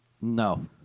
No